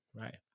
right